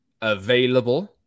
available